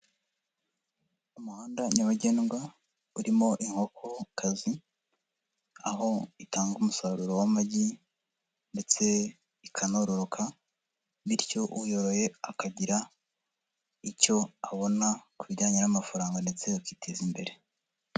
Umuhanda nyabagendwa urimo inkokokazi, aho itanga umusaruro w'amagi ndetse ikanororoka bityo uyoroye akagira icyo abona ku bijyanye n'amafaranga ndetse akiteza imbere.